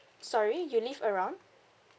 sorry you live around